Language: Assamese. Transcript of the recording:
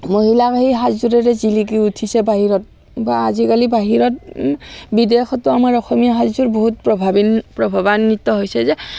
শুৱলা হৈ সেই সাজযোৰেৰে জিলিকি উঠিছে বাহিৰত বা আজিকালি বাহিৰত বিদেশতো আমাৰ অসমীয়া সাজযোৰ বহুত প্ৰভাৱিন প্ৰভাৱান্বিত হৈছে যে